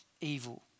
evil